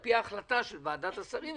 על פי ההחלטה של ועדת השרים,